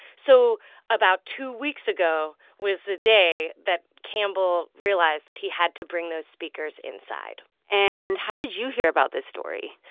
so about two weeks ago was the day that campbell realized that he had to bring those speakers inside and how did you hear about this story?